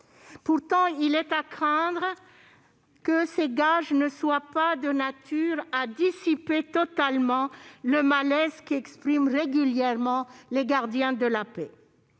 Pourtant, il est à craindre que ces gages ne soient pas de nature à dissiper totalement le malaise qu'expriment régulièrement les gardiens de la paix.